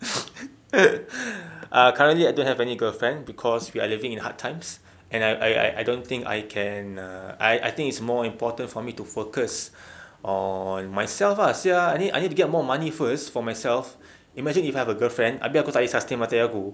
ah currently I don't have any girlfriend cause we are living in hard times and I I don't think I can uh I think it's more important for me to focus on myself ah sia I need I need to get more money first for myself imagine if I have a girlfriend abeh aku tak boleh sustain mata air aku